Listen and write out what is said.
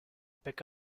pick